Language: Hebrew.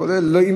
אין לחלופין?